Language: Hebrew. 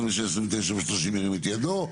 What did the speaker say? ירים את ידו.